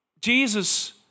Jesus